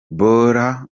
bora